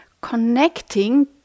Connecting